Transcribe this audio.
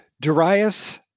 Darius